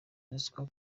ruswa